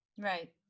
Right